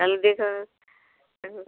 তাহলে যেতে হবে